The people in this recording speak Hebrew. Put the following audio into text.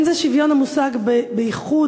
אין זה שוויון המושג באיחוד